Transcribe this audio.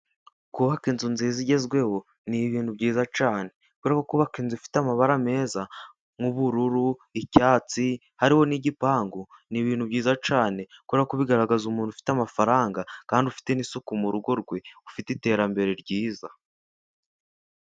Kubaka inzu nziza igezweho ni ibintu byiza cyane kubera ko kubaka inzu ifite amabara meza nk'ubururu, icyatsi hariho n'igipangu ni ibintu byiza cyane kubera ko bigaragaza umuntu ufite amafaranga kandi ufite n'isuku mu rugo rwe ufite iterambere ryiza.